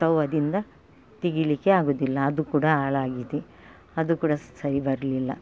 ತವದಿಂದ ತೆಗೆಲಿಕ್ಕೆ ಆಗೋದಿಲ್ಲ ಅದು ಕೂಡ ಹಾಳಾಗಿದೆ ಅದು ಕೂಡ ಸರಿ ಬರಲಿಲ್ಲ